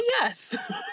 yes